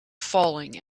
falling